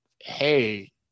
Hey